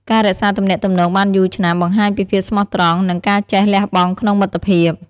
ការរក្សាទំនាក់ទំនងបានយូរឆ្នាំ បង្ហាញពីភាពស្មោះត្រង់ និងការចេះលះបង់ក្នុងមិត្តភាព។